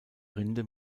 rinde